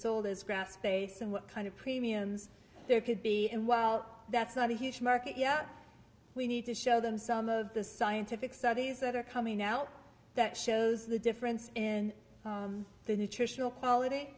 grass based on what kind of premiums there could be and while that's not a huge market yet we need to show them some of the scientific studies that are coming out that shows the difference in the nutritional quality